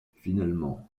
finalement